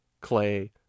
clay